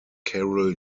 carol